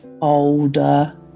older